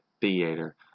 theater